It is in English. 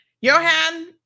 Johan